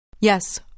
Yes